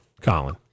Colin